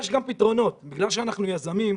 יש גם פתרונות, בגלל שאנחנו יזמים.